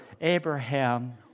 Abraham